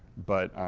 but,